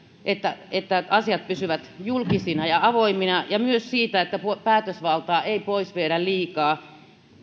että että asiat pysyvät julkisina ja avoimina ja myös siitä että päätösvaltaa ei viedä pois liikaa